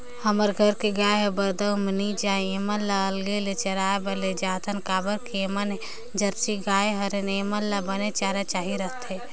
हमर घर के गाय हर बरदउर में नइ जाये ऐमन ल अलगे ले चराए बर लेजाथन काबर के ऐमन ह जरसी गाय हरय ऐेमन ल बने चारा चाही रहिथे